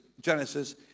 Genesis